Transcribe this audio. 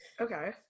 Okay